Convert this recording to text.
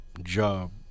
job